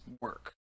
work